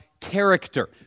character